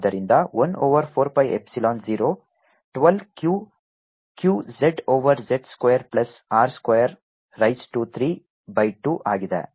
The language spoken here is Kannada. ಆದ್ದರಿಂದ 1 over 4 pi epsilon 0 12 Q q z over z square plus R square raise to 3 by 2 ಆಗಿದೆ